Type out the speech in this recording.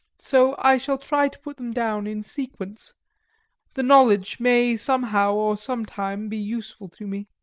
so i shall try to put them down in sequence the knowledge may somehow or some time be useful to me.